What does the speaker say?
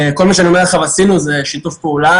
כל מה שאני אומר לכם שעשינו זה בשיתוף פעולה,